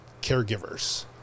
caregivers